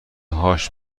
هاش